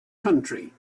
country